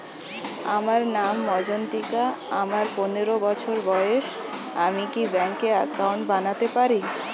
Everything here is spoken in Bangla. আমার নাম মজ্ঝন্তিকা, আমার পনেরো বছর বয়স, আমি কি ব্যঙ্কে একাউন্ট বানাতে পারি?